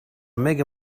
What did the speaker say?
mega